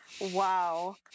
wow